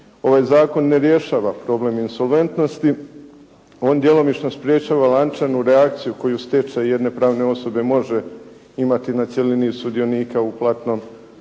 Ovaj zakon ne rješava problem insolventnosti, on djelomično sprječava lančanu reakciju koju stečaj jedne pravne osobe može imati na cjelini sudionika u platnom prometu,